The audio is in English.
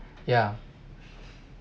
yeah